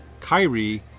kairi